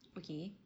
okay